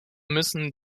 müssen